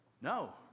No